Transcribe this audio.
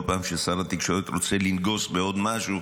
כל פעם ששר התקשורת רוצה לנגוס בעוד משהו,